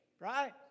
right